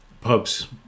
pubs